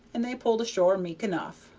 and they pulled ashore meek enough.